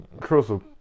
Crystal